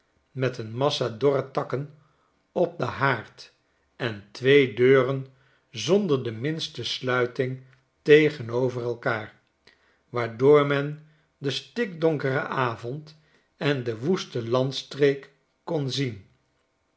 met een massa dorre takken op den haard en twee deuren zonder de minste sluiting tegenover elkaar waardoor men den stikdonkeren avond en de woeste landstreek kon zien